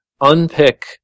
unpick